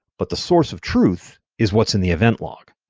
but the source of truth is what's in the event log.